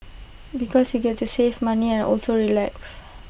because you get to save money and also relax